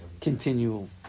continual